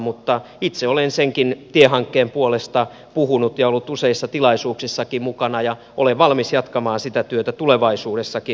mutta itse olen senkin tiehankkeen puolesta puhunut ja ollut useissa tilaisuuksissakin mukana ja olen valmis jatkamaan sitä työtä tulevaisuudessakin